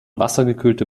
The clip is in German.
wassergekühlte